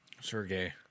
Sergey